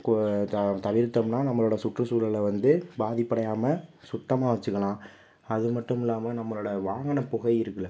தவிர்த்தோம்னால் நம்மளோட சுற்றுசூழல வந்து பாதிப்படையாமல் சுத்தமாக வச்சுக்கலாம் அதுமட்டுமில்லாமல் நம்மளோட வாகன புகை இருக்குல்ல